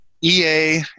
EA